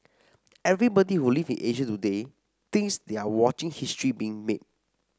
everybody who lives in Asia today thinks they are watching history being made